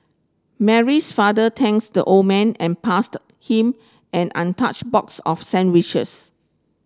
Mary's father thanks the old man and passed him an untouched box of sandwiches